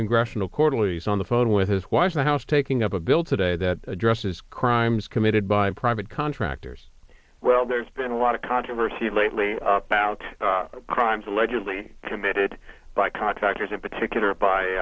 congressional quarterly's on the phone with his wife the house taking up a bill today that addresses crimes committed by private contractors well there's been a lot of controversy lately about crimes allegedly committed by contractors in particular by